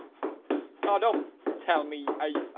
oh don't tell me i ah